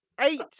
eight